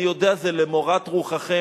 אני יודע, זה למורת רוחכם.